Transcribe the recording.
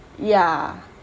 ya